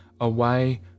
away